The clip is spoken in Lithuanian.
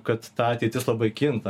kad ta ateitis labai kinta